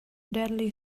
deadly